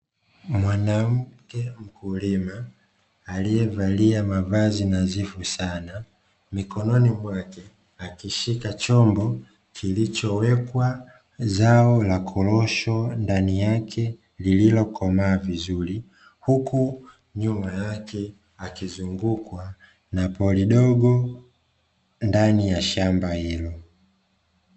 Mwanamke mkulima aliyevalia mavazi nadhifu sana, mikononi mwake akishika chombo kilichowekwa zao la korosho ndani yake liliokomaa vizuri, huku nyuma yake akizungukwa na pori dogo ndani ya shamba hilo.